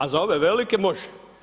A za ove velike, može.